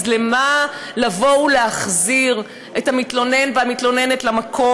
אז למה לבוא ולהחזיר את המתלונן והמתלוננת למקום